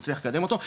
אם נצליח לקדם אותו,